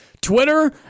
twitter